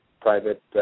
private